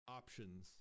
options